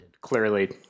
clearly